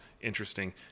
interesting